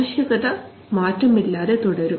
ആവശ്യകത മാറ്റമില്ലാതെ തുടരും